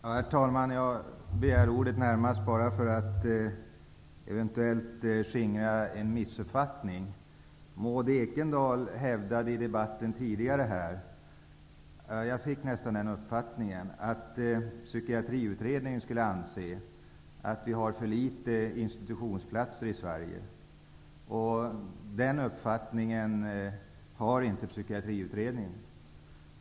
Herr talman! Jag begärde ordet närmast för att skingra en eventuell missuppfattning. Maud Ekendahl hävdade tidigare i debatten här -- i varje fall uppfattade jag det nog så -- att Psykiatriutredningen skulle anse att det finns för få institutionsplatser i Sverige. Den uppfattningen har inte Psykiatriutredningen.